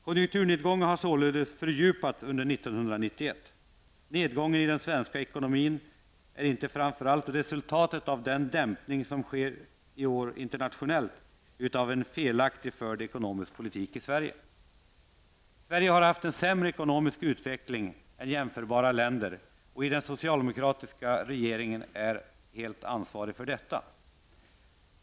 Konjunkturnedgången har således fördjupats under 1991. Nedgången i den svenska ekonomin är inte framför allt resultatet av den dämpning som i år sker internationellt utan av en felaktigt förd ekonomisk politik i Sverige. Sverige har haft en sämre ekonomisk utveckling än jämförbara länder, och den socialdemokratiska regeringen är helt ansvarig för detta.